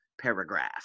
paragraph